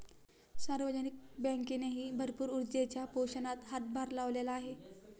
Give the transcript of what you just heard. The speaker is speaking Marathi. सार्वजनिक बँकेनेही भरपूर ऊर्जेच्या पोषणात हातभार लावलेला आहे